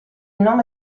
nome